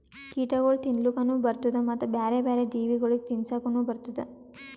ಕೀಟಗೊಳ್ ತಿನ್ಲುಕನು ಬರ್ತ್ತುದ ಮತ್ತ ಬ್ಯಾರೆ ಬ್ಯಾರೆ ಜೀವಿಗೊಳಿಗ್ ತಿನ್ಸುಕನು ಬರ್ತ್ತುದ